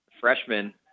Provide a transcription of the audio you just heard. freshman